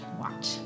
watch